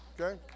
okay